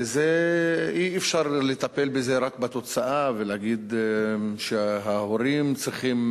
ואי-אפשר לטפל בזה רק בתוצאה ולהגיד שההורים צריכים